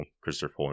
Christopher